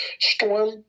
storm